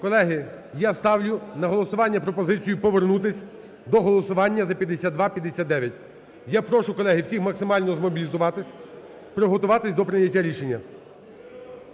Колеги, я ставлю на голосування пропозицію повернутися до голосування за 5259. Я прошу, колеги, всіх максимально змобілізуватися, приготуватися до прийняття рішення.